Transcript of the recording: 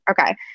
okay